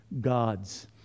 God's